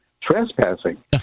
trespassing